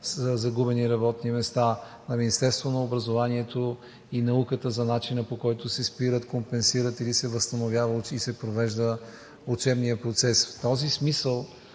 на загубени работни места; на Министерството на образованието и науката за начина, по който се спира, компенсира или се възстановява и се провежда учебният процес. В този смисъл,